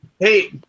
Hey